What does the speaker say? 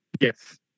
Yes